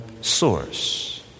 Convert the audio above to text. source